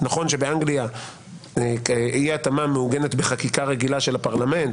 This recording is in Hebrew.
נכון שבאנגליה אי התאמה מעוגנת בחקיקה רגילה של הפרלמנט